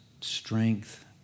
strength